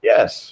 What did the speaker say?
Yes